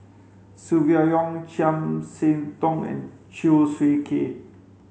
Silvia Yong Chiam See Tong and Chew Swee Kee